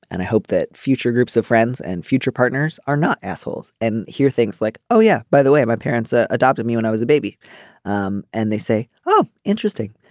and i hope that future groups of friends and future partners are not assholes and hear things like oh yeah by the way my parents ah adopted me when i was a baby um and they say oh interesting